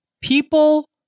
people